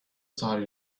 start